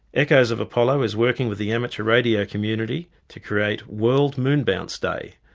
echoes of apollo is working with the amateur radio community to create world moon bounce day.